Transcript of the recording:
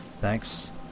thanks